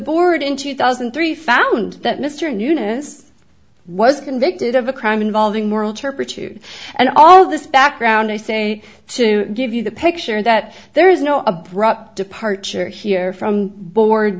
board in two thousand and three found that mr newness was convicted of a crime involving moral turpitude and all this background i say to give you the picture that there is no abrupt departure here from board